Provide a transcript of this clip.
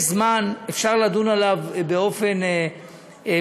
יש זמן, אפשר לדון עליו באופן מסודר,